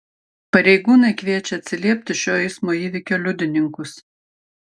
pareigūnai kviečia atsiliepti šio eismo įvykio liudininkus